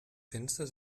fenster